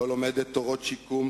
לא לומדת תורות שיקום,